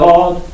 God